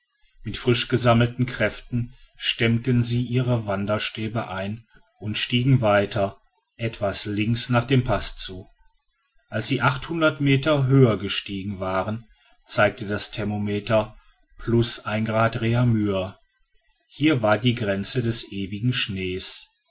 mit frisch gesammelten kräften stemmten sie ihre wanderstäbe ein und stiegen weiter etwas links nach dem paß zu als sie meter höher gestiegen waren zeigte das thermometer grad r hier war die grenze des ewigen schnee's